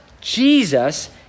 Jesus